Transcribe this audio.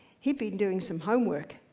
he'd been doing some homework.